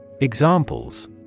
Examples